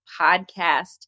Podcast